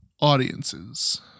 audiences